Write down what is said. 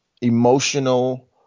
emotional